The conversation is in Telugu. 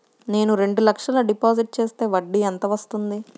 నేను రెండు లక్షల డిపాజిట్ చేస్తే వడ్డీ ఎంత వస్తుంది?